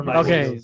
okay